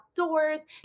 outdoors